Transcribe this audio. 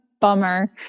bummer